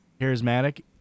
charismatic